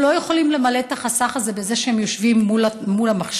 הם לא יכולים למלא את החסך הזה בזה שהם יושבים מול המחשב,